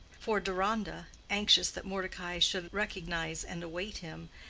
for deronda, anxious that mordecai should recognize and await him,